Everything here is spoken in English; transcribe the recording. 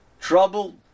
trouble